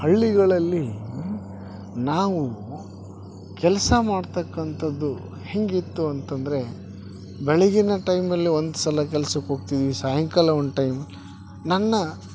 ಹಳ್ಳಿಗಳಲ್ಲಿ ನಾವು ಕೆಲಸ ಮಾಡ್ತಕಂತದ್ದು ಹೇಗಿತ್ತು ಅಂತಂದರೆ ಬೆಳಗಿನ ಟೈಮಲ್ಲಿ ಒಂದುಸಲ ಕೆಲ್ಸಕ್ಕ್ ಹೋಗ್ತಿವಿ ಸಾಯಂಕಾಲ ಒಂದು ಟೈಮ್ ನನ್ನ